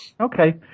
Okay